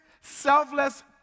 selfless